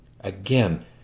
Again